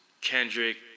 Kendrick